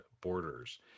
Borders